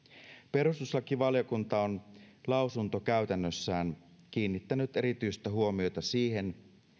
perustuslakivaliokunta on lausuntokäytännössään kiinnittänyt erityistä huomiota siihen